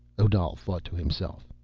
odal thought to himself.